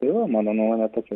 jo mano nuomonė tokia